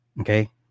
Okay